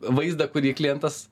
vaizdą kurį klientas